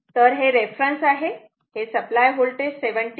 तर हे रेफरन्स आहे हे सप्लाय होल्टेज 70